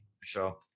Sure